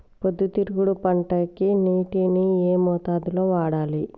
పొద్దుతిరుగుడు పంటకి నీటిని ఏ మోతాదు లో వాడాలి?